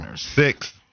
Six